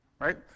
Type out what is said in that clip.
Right